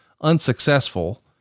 unsuccessful